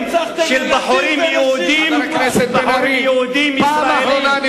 חבר הכנסת בן-ארי, פעם אחרונה.